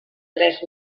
tres